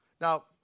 Now